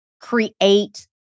create